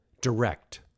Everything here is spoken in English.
direct